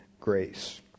grace